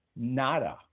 nada